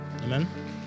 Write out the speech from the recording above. amen